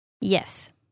Yes